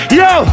yo